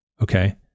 okay